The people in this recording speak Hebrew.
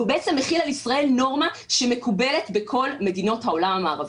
והוא בעצם מחיל על ישראל נורמה שמקובלת בכל מדינות העולם המערבי.